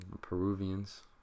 Peruvians